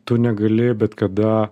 tu negali bet kada